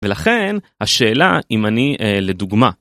ולכן השאלה אם אני לדוגמא.